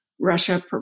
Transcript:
Russia